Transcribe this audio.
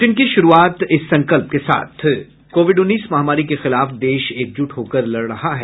bulletin की शुरूआत से पहले ये संकल्प कोविड उन्नीस महामारी के खिलाफ देश एकजुट होकर लड़ रहा है